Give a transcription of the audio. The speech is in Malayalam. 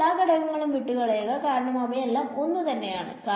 മറ്റ് എല്ലാ ഘടകങ്ങളും വിട്ടുകളയുക കാരണം അവയെല്ലാം ഒന്നുതന്നെ ആണ്